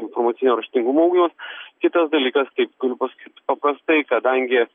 informacinio raštingumo ugdymas kitas dalykas taip galiu pasakyti paprastai kadangi